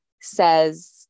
says